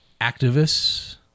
activists